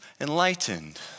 enlightened